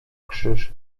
krzyż